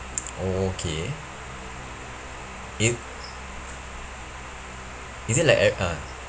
oh okay it is it like uh ah